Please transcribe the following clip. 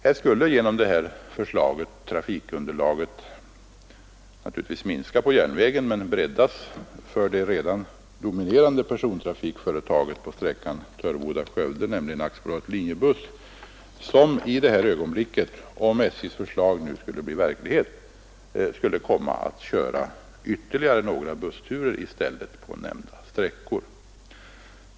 Ett genomförande av det här förslaget skulle naturligtvis innebära att trafikunderlaget minskar på järnvägen men breddas för det redan dominerande persontrafikföretaget på sträckan Töreboda—Skövde, nämligen AB Linjebuss, som — om alltså förslaget blir verklighet — skulle komma att köra ytterligare några bussturer i stället på nämnda sträckor.